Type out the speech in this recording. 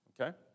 okay